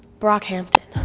brockhampton.